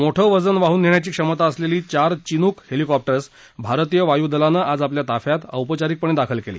मोठं वजन वाहून नेण्याची क्षमता असलेली चार चिनूक हेलिकॉप्टर्स भारतीय वायू दलानं आज आपल्या ताफ्यात औपचारीकपणे दाखल केली